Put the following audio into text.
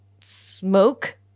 smoke